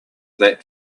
that